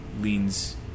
leans